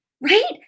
right